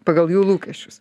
pagal jų lūkesčius